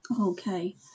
okay